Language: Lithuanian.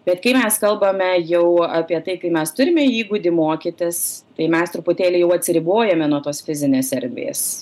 bet kai mes kalbame jau apie tai kai mes turime įgūdį mokytis tai mes truputėlį jau atsiribojame nuo tos fizinės erdvės